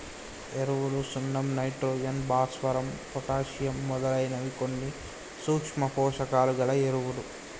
ఎరువులు సున్నం నైట్రోజన్, భాస్వరం, పొటాషియమ్ మొదలైనవి కొన్ని సూక్ష్మ పోషకాలు గల ఎరువులు